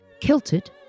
kilted